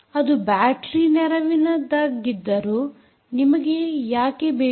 ಅದು ಬ್ಯಾಟರೀ ನೆರವಿನದಾಗಿದ್ದರೂ ನಿಮಗೆ ಯಾಕೆ ಬೇಕು